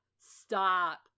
Stop